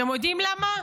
אתם יודעים למה?